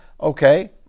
Okay